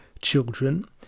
Children